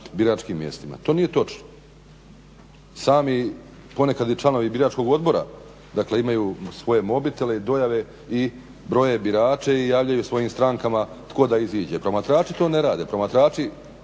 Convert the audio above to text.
biračkim mjestima. To nije točno. Sami ponekad i članovi biračkog odbora dakle imaju svoje mobitele i dojave i broje birače i javljaju svojim strankama tko da iziđe. Promatrači to ne rade, promatrači